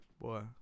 Boy